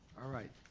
all right.